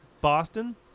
Boston